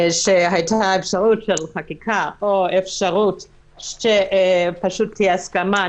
שהייתה אפשרות לחקיקה או אפשרות שתהיה הסכמה,